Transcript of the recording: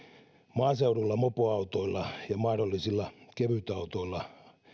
maaseudulla mopoautoilla ja mahdollisilla kevytautoilla